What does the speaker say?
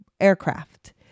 aircraft